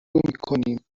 میکنیم